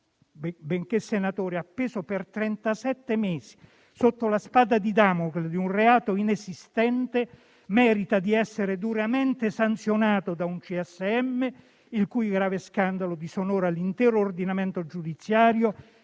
benché senatore, appeso per 37 mesi sotto la spada di Damocle di un reato inesistente, merita di essere duramente sanzionato da un CSM, il cui grave scandalo disonora l'intero ordinamento giudiziario,